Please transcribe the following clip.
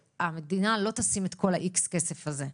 המדינה לא תשים את כל ה-X כסף הזה.